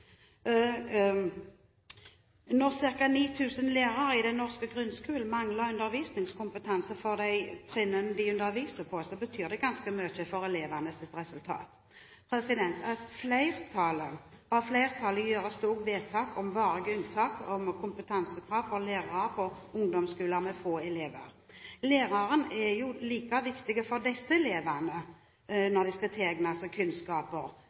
Når ca. 9 000 lærere i den norske grunnskolen mangler undervisningskompetanse for de trinnene de underviser på, betyr det ganske mye for elevenes resultat. Av flertallet gjøres det også vedtak om varig unntak fra kompetansekrav for lærere på ungdomsskoler med få elever. Læreren er like viktig for disse elevene når de skal tilegne seg kunnskap,